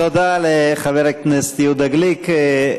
תודה לחבר הכנסת יהודה גליק.